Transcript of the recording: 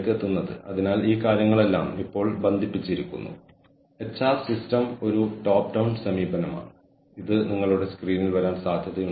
behavioural coordination സംഘടനാ തന്ത്രത്തെ പിന്തുണയ്ക്കുന്ന വ്യക്തികളുടെ പെരുമാറ്റം ഏകോപിപ്പിക്കാൻ ശ്രമിക്കുന്ന മൂല്യനിർണ്ണയം സംഘടനാ വികസന പ്രവർത്തനങ്ങൾ തുടങ്ങിയ ഇടപാടുകൾ നടത്തുന്നു